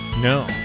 No